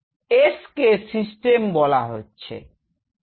S কে system বলা হচ্ছে ঠিক